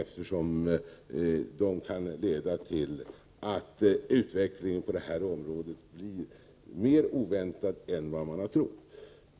Dessa kan ju leda till en mera oväntad utveckling på detta område än man trott.